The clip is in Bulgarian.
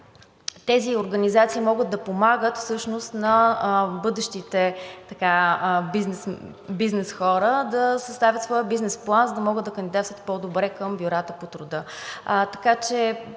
тези организации могат да помагат всъщност на бъдещите бизнес хора да съставят своя бизнес план, за да могат да кандидатстват по-добре към бюрата по труда.